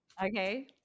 okay